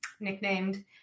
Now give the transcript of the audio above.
nicknamed